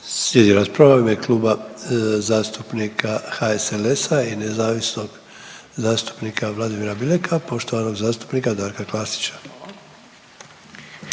Slijedi rasprava u ime Kluba zastupnika HSLS-a i nezavisnog zastupnika Vladimira Bileka, poštovanog zastupnika Darka Klasića.